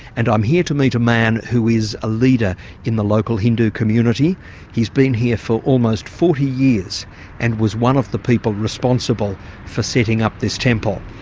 and i'm here to meet a man who is a leader in the local hindu community he's been here for almost forty years and was one of the people responsible for setting up this temple.